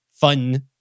fun